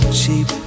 cheap